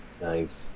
Nice